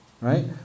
Right